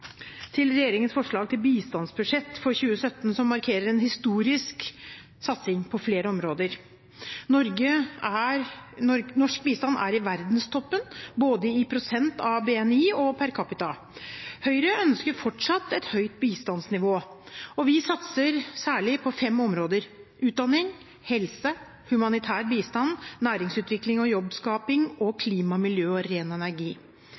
til regjeringens forslag til bistandsbudsjett for 2017, som markerer en historisk satsing på flere områder. Norsk bistand er i verdenstoppen både i prosent av BNI og per capita. Høyre ønsker fortsatt et høyt bistandsnivå. Vi satser særlig på fem områder: utdanning, helse, humanitær bistand, næringsutvikling og jobbskaping, og klima, miljø og ren energi.